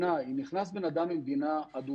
אז תגיד המדינה, אם נכנס בן אדם ממדינה אדומה